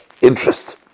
interest